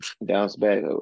Bounce-back